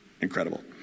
incredible